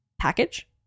package